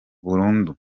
burundu